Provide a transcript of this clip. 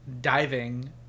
diving